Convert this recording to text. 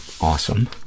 Awesome